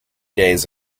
days